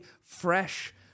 fresh